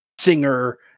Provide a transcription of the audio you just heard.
singer